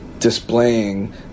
displaying